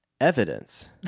Evidence